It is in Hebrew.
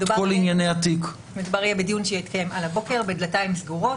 מדובר יהיה בדיון שיתקיים על הבוקר בדלתיים סגורות